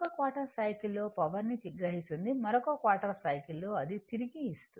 quarter సైకిల్లో power ని గ్రహిస్తుంది మరొక క్వార్ట్రర్ సైకిల్లో అది తిరిగి ఇస్తుంది